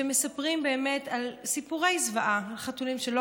שמספרים באמת סיפורי זוועה על חתולים שלא